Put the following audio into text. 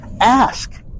Ask